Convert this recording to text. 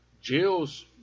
Jill's